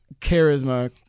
Charisma